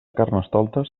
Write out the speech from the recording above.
carnestoltes